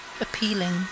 appealing